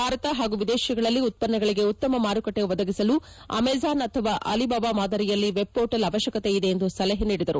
ಭಾರತ ಹಾಗೂ ವಿದೇಶಗಳಲ್ಲಿ ಉತ್ತನ್ನಗಳಿಗೆ ಉತ್ತಮ ಮಾರುಕಟ್ನೆ ಒದಗಿಸಲು ಅಮೇಝಾನ್ ಅಥವಾ ಅಲಿಬಾಬಾ ಮಾದರಿಯಲ್ಲಿ ವೆಬ್ ಮೋರ್ಟಲ್ ಅವಶ್ಲಕತೆ ಇದೆ ಎಂದು ಸಲಹೆ ನೀಡಿದರು